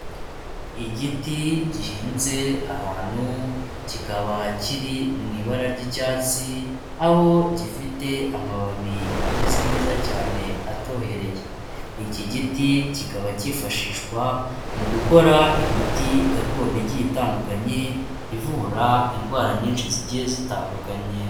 Igiti gihinze ahantu kikaba kiri mu ibara ry'icyatsi aho gifite amababi ameze neza cyane atohereye, iki giti kikaba cyifashishwa mu gukora imiti gakondo igiye itandukanye ivura indwara nyinshi zigiye zitandukanye.